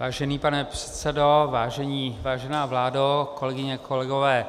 Vážený pane předsedo, vážená vládo, kolegyně a kolegové,